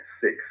six